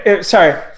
Sorry